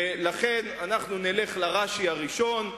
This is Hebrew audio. ולכן נלך לרש"י הראשון,